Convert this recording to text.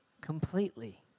completely